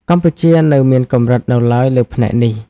កម្ពុជានៅមានកម្រិតនៅឡើយលើផ្នែកនេះ។